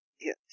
Yes